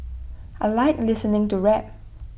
I Like listening to rap